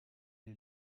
est